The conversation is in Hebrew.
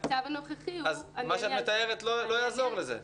מה שאת מתארת, לא יעזור לזה.